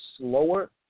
slower